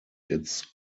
its